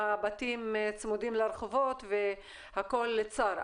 הבתים צמודים לרחובות והכול צר,